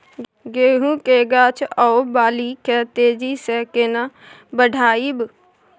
गेहूं के गाछ ओ बाली के तेजी से केना बढ़ाइब?